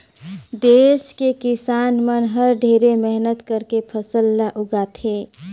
देस के किसान मन हर ढेरे मेहनत करके फसल ल उगाथे